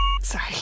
Sorry